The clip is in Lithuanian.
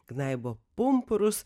gnaibo pumpurus